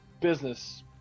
business